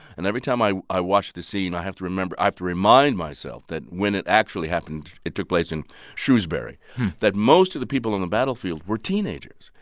and every time i i watch the scene, i have to remember i have to remind myself that when it actually happened it took place in shrewsbury that most of the people on the battlefield were teenagers.